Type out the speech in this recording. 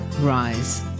rise